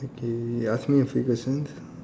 okay ya ask me a question